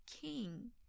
King